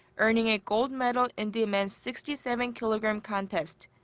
earning a gold medal in the men's sixty seven kilogram contest.